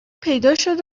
پیداشد